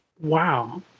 Wow